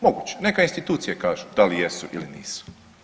Moguće, neka institucije kažu da li jesu ili nisu.